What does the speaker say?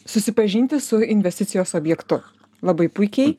susipažinti su investicijos objektu labai puikiai